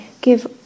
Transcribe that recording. give